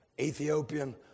Ethiopian